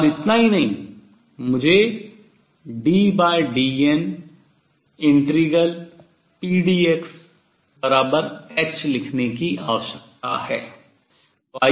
और इतना ही नहीं मुझे ddn∫pdxh लिखने की आवश्यकता है